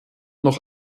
noch